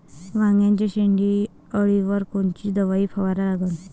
वांग्याच्या शेंडी अळीवर कोनची दवाई फवारा लागन?